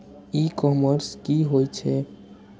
ई commerce की होय छेय?